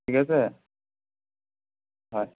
ঠিক আছে হয়